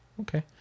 Okay